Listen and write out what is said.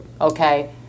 Okay